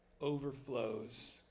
overflows